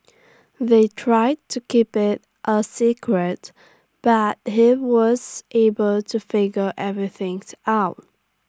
they tried to keep IT A secret but he was able to figure everythings out